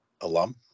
alum